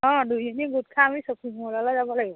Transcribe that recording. অঁ দুইজনী গোট খাই আমি চপিং মললৈ যাব লাগিব